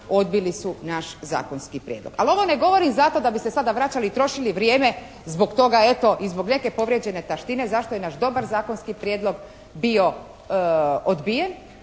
odbili su naš saborski prijedlog. Ali ovo ne govorim zato da bi se sada vraćali i trošili vrijeme zbog toga eto i zbog neke povrijeđene taštine zašto je naš dobar zakonski prijedlog bio odbijen